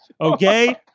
okay